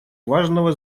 важного